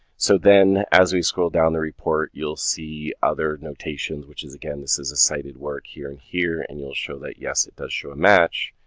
so then as we scroll down the report you'll see other notations which is again, this is a cited work here and here and will show that yes it does show a match,